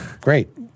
Great